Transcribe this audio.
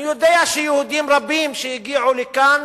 אני יודע שיהודים רבים שהגיעו לכאן